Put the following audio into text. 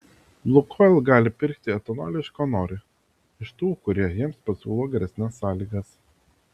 lukoil gali pirkti etanolį iš ko nori iš tų kurie jiems pasiūlo geresnes sąlygas